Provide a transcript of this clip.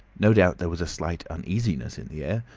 no doubt there was a slight uneasiness in the air,